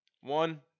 One